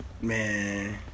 Man